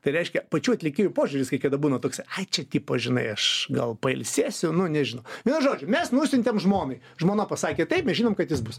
tai reiškia pačių atlikėjų požiūris kai kada būna toks čia tipo žinai aš gal pailsėsiu nu nežinau vienu žodžiu mes nusiuntėm žmonai žmona pasakė taip mes žinom kad jis bus